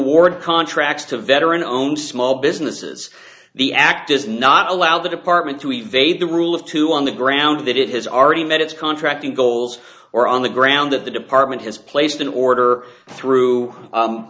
award contracts to veteran own small businesses the act does not allow the department to evade the rule of two on the grounds that it has already met its contract in goals or on the ground that the department has placed an order through